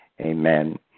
Amen